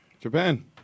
Japan